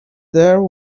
there